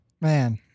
Man